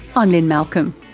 i'm lynne malcolm,